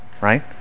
right